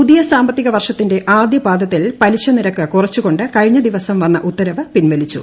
പുതിയ സാമ്പത്തിക വർഷത്തിന്റെ ആദ്യപാദത്തിൽ പലിശനിരക്ക് കുറച്ചുകൊണ്ട് കഴിഞ്ഞ ദിവസം വന്ന ഉത്തരവ് പിൻവലിച്ചു